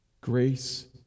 Grace